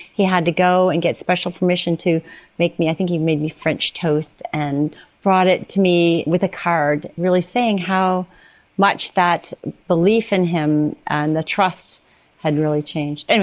he had to go and get special permission to make me. i think he made me french toast, and brought it to me with a card really saying how much that a belief in him, and the trust had really changed. and